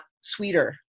sweeter